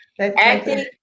Acting